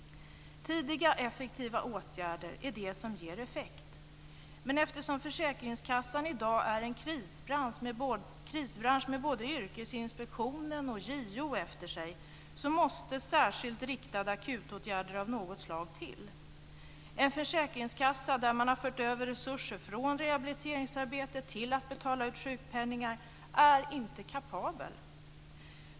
Tidiga, effektiva åtgärder är det som ger effekt, men eftersom försäkringskassan i dag är en krisbransch med både Yrkesinspektionen och JO efter sig måste särskilt riktade akutåtgärder av något slag till. En försäkringskassa där man har fört över resurser från rehabiliteringsarbete till att betala ut sjukpenning är inte kapabel.